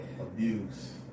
abuse